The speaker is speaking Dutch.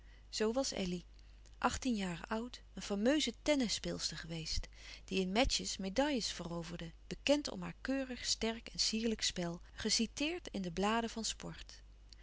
zoo was elly achttien jaren oud een fameuze tennisspeelster geweest die in matches medailles veroverde bekend om haar keurig sterk en sierlijk spel geciteerd in de bladen van sport